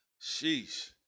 Sheesh